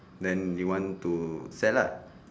then you want to sell lah